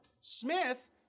Smith